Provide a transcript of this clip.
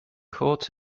caught